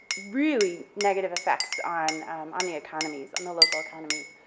really negative affects on on the economies, on the local economies,